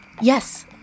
Yes